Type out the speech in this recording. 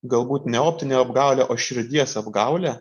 galbūt ne optinė apgaulė o širdies apgaulė